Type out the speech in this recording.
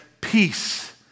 peace